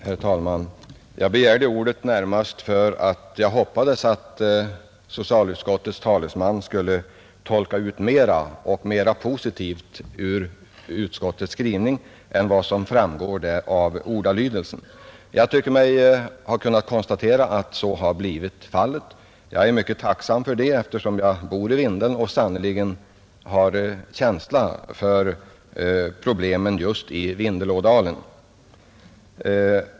Herr talman! Jag begärde ordet närmast därför att jag hoppades att socialutskottets talesman skulle tolka ut någonting mera positivt ur utskottets skrivning än vad som framgår av ordalydelsen i utlåtandet. Jag tycker mig kunna konstatera att så har blivit fallet. Jag är mycket tacksam härför, eftersom jag bor i Vindelns kommun och har kännedom om problemen och förutsättningarna just i Vindelådalen.